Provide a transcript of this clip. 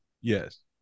Yes